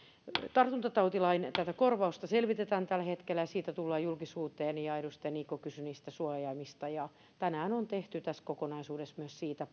tartuntatautilain korvausta selvitetään tällä hetkellä ja siitä tullaan julkisuuteen edustaja niikko kysyi suojaimista ja tänään on tehty tässä kokonaisuudessa myös siitä